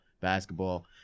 basketball